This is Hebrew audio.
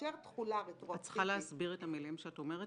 כאשר תחולה רטרואקטיבית --- את צריכה להסביר את המילים שאת אומר,